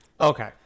Okay